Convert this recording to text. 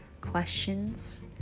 questions